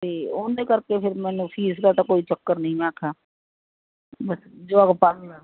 ਤੇ ਉਹਨੇ ਕਰਕੇ ਫਿਰ ਮੈਨੂੰ ਫੀਸ ਦਾਂ ਤਾਂ ਕੋਈ ਚੱਕਰ ਨੀ ਮੈਂ ਕਿਹਾ ਬਸ ਜੁਆਕ ਪੜ੍ਹ ਲੈਣ